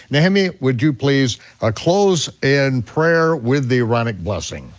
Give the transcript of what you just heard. and and i mean would you please ah close in prayer with the aaronic blessing?